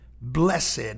blessed